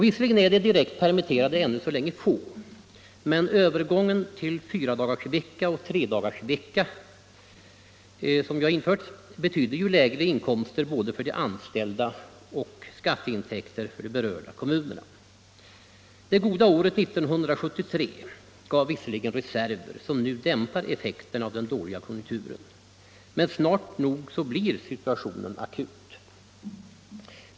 Visserligen är de direkt permitterade ännu så länge få, men övergången till fyradagarsvecka och tredagarsvecka betyder ju lägre inkomster för de anställda och lägre skatteintäkter för de berörda kommunerna. Det goda året 1973 gav visserligen reserver som nu dämpar effekten av den dåliga konjunkturen, men snart nog blir situationen akut.